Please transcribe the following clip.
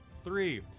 three